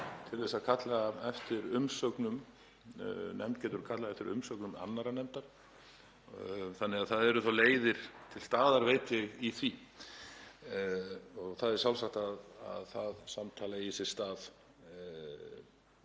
til að kalla eftir umsögnum, nefnd getur kallað eftir umsögnum annarra nefnda, þannig að það eru leiðir til staðar, veit ég, í því, og það er sjálfsagt að það samtal eigi sér stað